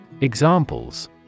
Examples